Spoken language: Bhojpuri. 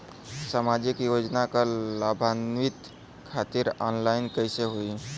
सामाजिक योजना क लाभान्वित खातिर ऑनलाइन कईसे होई?